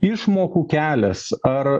išmokų kelias ar